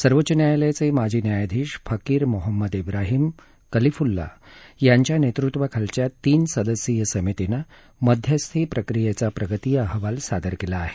सर्वोच्च न्यायालयाचे माजी न्यायाधीश फकीर मोहम्मद इब्राहीम कलिफुल्ला यांच्या नेतृत्वाखालच्या तीन सदस्यीय समितीनं मध्यस्थी प्रक्रियेचा प्रगती अहवाल सादर केला आहे